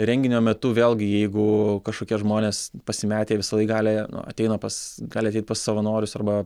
renginio metu vėlgi jeigu kažkokie žmonės pasimetę jie visą laik gali ateina pas gali ateit pas savanorius arba